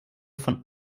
von